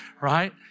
right